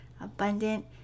abundant